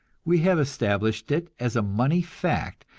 we have established it as a money fact,